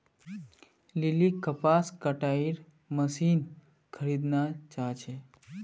लिलीक कपास कटाईर मशीन खरीदना चाहा छे